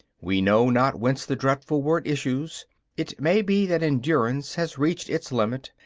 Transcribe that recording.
we know not whence the dreadful word issues it may be that endurance has reached its limit,